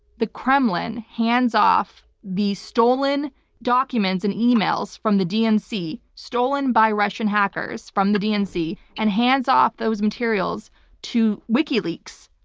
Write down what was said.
the kremlin hands off the stolen documents and emails from the dnc stolen by russian hackers from the dnc and hands off those materials to wikileaks,